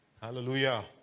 Hallelujah